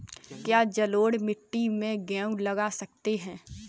क्या जलोढ़ मिट्टी में गेहूँ लगा सकते हैं?